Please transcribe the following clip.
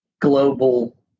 global